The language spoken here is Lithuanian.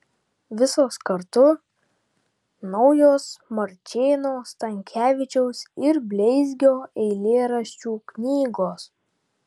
visos kartu naujos marčėno stankevičiaus ir bleizgio eilėraščių knygos